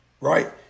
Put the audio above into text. right